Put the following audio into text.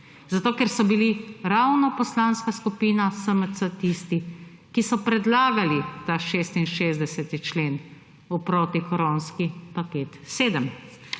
Zato, ker so bili ravno Poslanska skupina SMC tisti, ki so predlagali ta 66. člen v protikoronski paket 7.